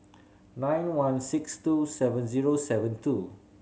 nine one six two seven zero seven two